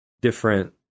different